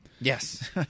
Yes